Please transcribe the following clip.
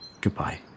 goodbye